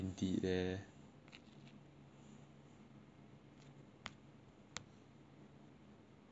hmm